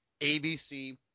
ABC